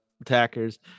attackers